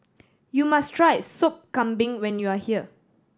you must try Sop Kambing when you are here